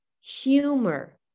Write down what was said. Humor